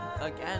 again